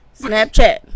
Snapchat